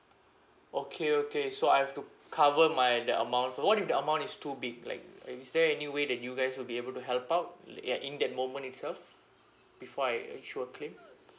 okay okay so I have to cover my the amount fir~ what if the amount is too big like uh is there any way that you guys will be able to help out like ya in that moment itself before I actual claim